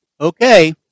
Okay